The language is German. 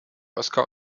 oscar